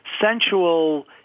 sensual